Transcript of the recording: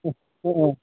अ अ